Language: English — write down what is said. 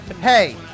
hey